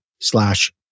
slash